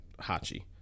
Hachi